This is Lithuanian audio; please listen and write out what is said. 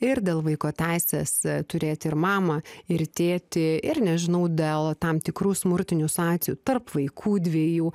ir dėl vaiko teisės turėti ir mamą ir tėtį ir nežinau dėl tam tikrų smurtinių sacijų tarp vaikų dviejų